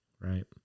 Right